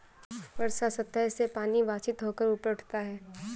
वर्षा सतह से पानी वाष्पित होकर ऊपर उठता है